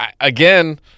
again